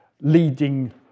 leading